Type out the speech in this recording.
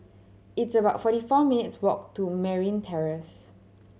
it's about forty four minutes' walk to Merryn Terrace